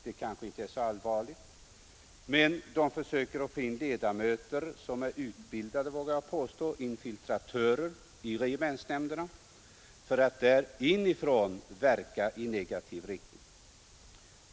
Det kanske inte är en så allvarlig sak, men de försöker få in utbildade infiltratörer i regementsnämnderna för att inifrån där verka i negativ riktning.